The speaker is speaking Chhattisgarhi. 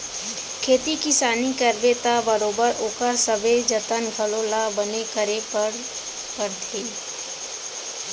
खेती किसानी करबे त बरोबर ओकर सबे जतन घलौ ल बने करे बर परथे